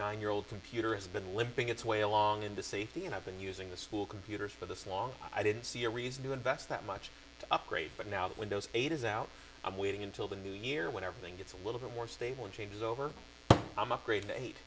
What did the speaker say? nine year old computer has been limping its way along in the safety and i've been using the school computers for this long i didn't see a reason to invest that much to upgrade but now that windows eight is out i'm waiting until the new year when everything gets a little bit more stable and changes over i'm upgrading to eight